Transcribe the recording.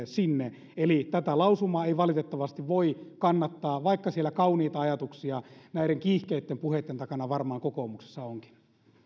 sinne eli tätä lausumaa ei valitettavasti voi kannattaa vaikka siellä kauniita ajatuksia näiden kiihkeitten puheitten takana varmaan kokoomuksessa onkin